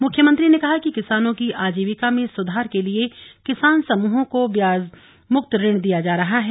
मुख्यमंत्री ने कहा कि किसानों की आजीविका में सुधार के लिए किसान समूहों को ब्याज मुक्त ऋण दिया जा रहा है